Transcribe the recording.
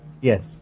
Yes